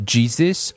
Jesus